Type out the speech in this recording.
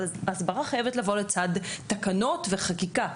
אבל הסברה חייבת לבוא לצד תקנות וחקיקה.